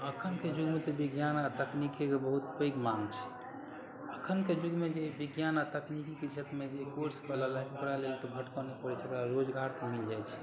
एखनके युगमे तऽ विज्ञान आओर तकनीकीके बहुत पैघ मान छै एखनके युगमे जे विज्ञान आओर तकनीकीके क्षेत्रमे जे कोर्सवला लाइन ओकरा लए तऽ भटकऽ नहि पड़य छै ओकरा रोजगार तऽ मिल जाइ छै